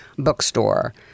Bookstore